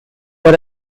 were